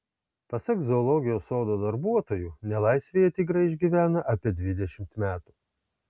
pasak zoologijos sodo darbuotojų nelaisvėje tigrai išgyvena apie dvidešimt metų